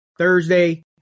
Thursday